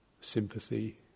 sympathy